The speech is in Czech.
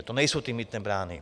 To nejsou ty mýtné brány.